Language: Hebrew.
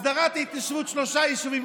הסדרת ההתיישבות, שלושה יישובים.